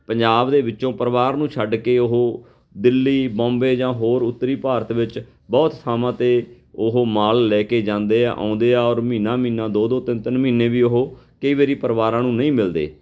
ਪੰਜਾਬ ਦੇ ਵਿੱਚੋਂ ਪਰਿਵਾਰ ਨੂੰ ਛੱਡ ਕੇ ਉਹ ਦਿੱਲੀ ਬੰਬੇ ਜਾਂ ਹੋਰ ਉੱਤਰੀ ਭਾਰਤ ਵਿੱਚ ਬਹੁਤ ਥਾਵਾਂ 'ਤੇ ਉਹ ਮਾਲ ਲੈ ਕੇ ਜਾਂਦੇ ਆ ਆਉਂਦੇ ਆ ਔਰ ਮਹੀਨਾ ਮਹੀਨਾ ਦੋ ਦੋ ਤਿੰਨ ਤਿੰਨ ਮਹੀਨੇ ਵੀ ਉਹ ਕਈ ਵਾਰੀ ਪਰਿਵਾਰਾਂ ਨੂੰ ਨਹੀਂ ਮਿਲਦੇ